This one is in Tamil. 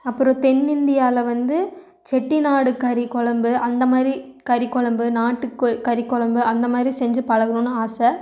அப்றம் தென் இந்தியாவில் வந்து செட்டிநாடு கறி கொழம்பு அந்த மாதிரி கறி குழம்பு நாட்டுக்கோழி கறி குழம்பு அந்த மாதிரி செஞ்சு பழகுணும்னு ஆசை